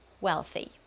wealthy